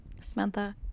Samantha